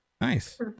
Nice